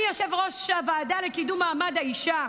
אני יושבת-ראש הוועדה לקידום מעמד האישה.